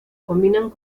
combinan